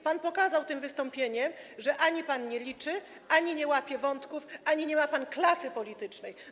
Pan pokazał tym wystąpieniem, że ani pan nie liczy, ani nie łapie wątków, ani nie ma pan klasy politycznej.